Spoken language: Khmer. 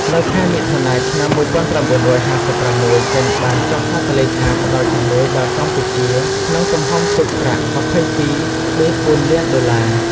នៅខែមិថុនា ឆ្នាំ១៩៥៦ ចិនបានចុះហត្ថលេខាផ្តល់ជំនួយដល់កម្ពុជាក្នុងទំហំទឹកប្រាក់ ២២,៤ លានដុល្លារ។